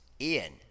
Ian